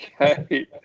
Okay